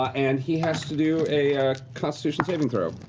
and he has to do a constitution saving throw.